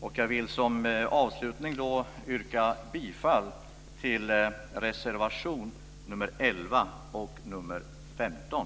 Avslutningsvis vill jag yrka bifall till reservationerna 11 och 15.